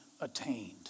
attained